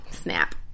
Snap